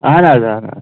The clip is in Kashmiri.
اہن حظ اہن حظ